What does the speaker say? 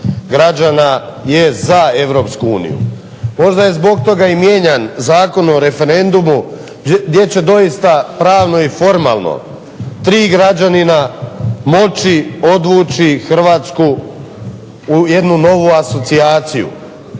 građana je za EU. Možda je zbog toga i mijenjan Zakon o referendumu gdje će doista pravno i formalno tri građanina moći odvući Hrvatsku u jednu novu asocijaciju.